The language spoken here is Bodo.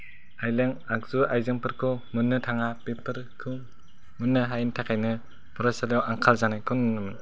आइलें आगजु आइजेंफोरखौ मोननो थाङा बेफोरखौ मोननो हायिनि थाखायनो फरायसालियाव आंखाल जानायखौ नुनो मोनो